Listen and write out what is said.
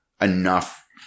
enough